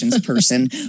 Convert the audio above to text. person